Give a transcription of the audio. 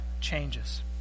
changes